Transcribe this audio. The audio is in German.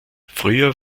früher